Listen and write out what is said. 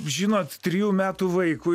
žinot trijų metų vaikui